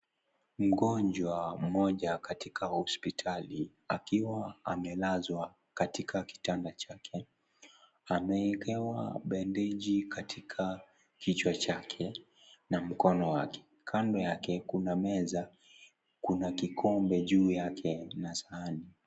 Mgonjwa mmoja katika hospitali akiwa amelazwa katika kitanda chake amewekewa bandeji katika kichwa chake na mkono wake, kando yake kuna meza kuna kikombe juu yake na sahani.